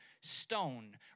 stone